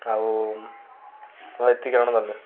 ଆଉ ହଁ ଏତିକି ଆଣ ନ ହେଲେ